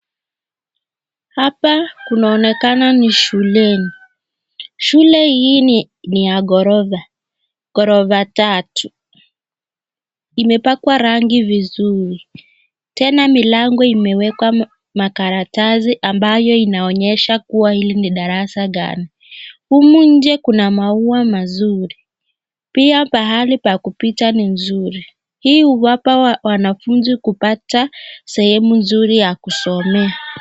Hapa kunaonekana ni shuleni, shule hii ni ya ghorofa ghorofa tatu imepakwa rangi vizuri tena milango imewekwa makaratasi ambayo inaonyesha hili ni darasa ngani humu njee Kuna maua mazuri pia pahali pa kupita ni nzuri hii uwapa wanafunzi kupata sehemu nzuri ya kusomea.